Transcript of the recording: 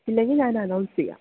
ഇല്ലെങ്കിൽ ഞാൻ അനൌൺസ് ചെയ്യാം